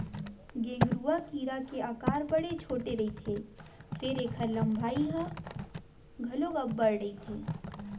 गेंगरूआ कीरा के अकार बड़े छोटे रहिथे फेर ऐखर लंबाई ह घलोक अब्बड़ रहिथे